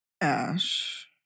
Ash